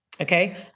okay